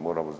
Moramo